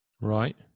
right